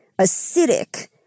acidic